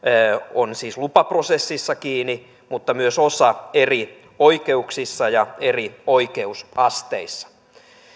on siis lupaprosessissa kiinni mutta myös osa eri oikeuksissa ja eri oikeusasteissa